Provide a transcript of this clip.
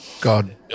God